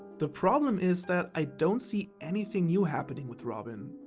the problem is that i don't see anything new happening with robin.